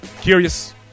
Curious